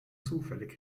zufällig